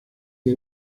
che